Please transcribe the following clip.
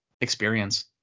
experience